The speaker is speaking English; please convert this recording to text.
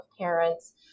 parents